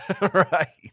Right